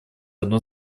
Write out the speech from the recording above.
одно